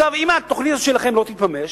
אם התוכנית הזאת שלכם לא תתממש,